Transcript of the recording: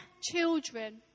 children